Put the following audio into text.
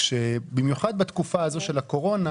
במיוחד בתקופת הקורונה